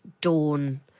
dawn